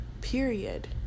period